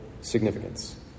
significance